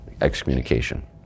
excommunication